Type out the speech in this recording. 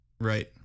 Right